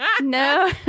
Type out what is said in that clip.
no